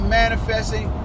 manifesting